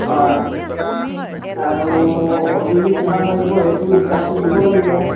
হয় আৰু সঁজুলি কিমান লাগিব সেইটো হিচাপটো দিব লাগিব